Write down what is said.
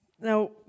now